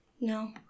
No